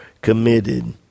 committed